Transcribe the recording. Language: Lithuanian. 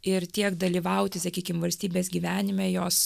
ir tiek dalyvauti sakykim valstybės gyvenime jos